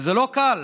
זה לא קל,